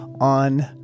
on